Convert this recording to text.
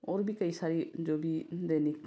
और भी कई सारी जो भी दैनिक